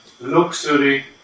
luxury